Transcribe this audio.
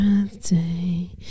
birthday